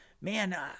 man